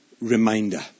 reminder